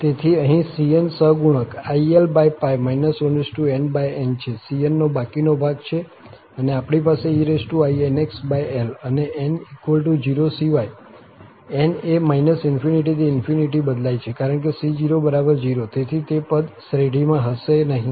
તેથી અહીં cn સહગુણક ilnn છે cn નો બાકીનો ભાગ છે અને આપણી પાસે einxl અને n0 સિવાય n એ ∞ થી ∞ બદલાય છે કારણ કે c00 તેથી તે પદ શ્રેઢીમાં હશે નહીં